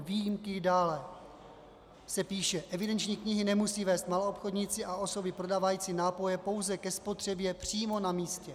Výjimky dále se píše: Evidenční knihy nemusí vést maloobchodníci a osoby prodávající nápoje pouze ke spotřebě přímo na místě.